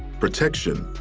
protection,